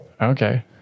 Okay